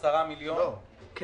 10 מיליון -- אני